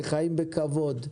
לחיים בכבוד.